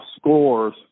scores